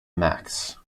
max